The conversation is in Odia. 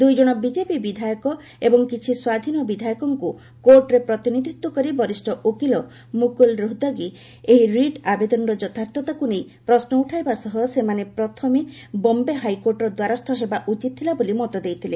ଦୁଇଜଣ ବିଜେପି ବିଧାୟକ ଏବଂ କିଛି ସ୍ୱାଧୀନ ବିଧାୟକଙ୍କୁ କୋର୍ଟରେ ପ୍ରତିନିଧିତ୍ୱ କରି ବରିଷ୍ଠ ଓକିଲ ମୁକୁଲ ରୋହତ୍ଗୀ ଏହି ରିଟ୍ ଆବେଦନର ଯଥାର୍ଥତାକୁ ନେଇ ପ୍ରଶ୍ନ ଉଠାଇବା ସହ ସେମାନେ ପ୍ରଥବେ ବମ୍ଭେ ହାଇକୋର୍ଟର ଦ୍ୱାରସ୍ଥ ହେବା ଉଚିତ୍ ଥିଲା ବୋଲି ମତ ଦେଇଥିଲେ